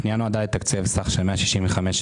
הפנייה נועדה לתקצב סך של 165,065